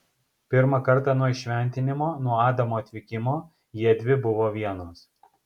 pirmą kartą nuo įšventinimo nuo adamo atvykimo jiedvi buvo vienos